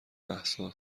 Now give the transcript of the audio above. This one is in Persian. مهسا